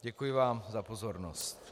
Děkuji vám za pozornost.